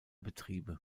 betriebe